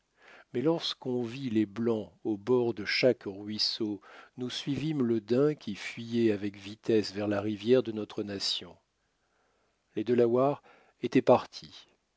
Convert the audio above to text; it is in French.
mais lorsqu'on vit les blancs aux bords de chaque ruisseau nous suivîmes le daim qui fuyait avec vitesse vers la rivière de notre nation les delawares étaient partis